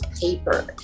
paper